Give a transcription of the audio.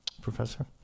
Professor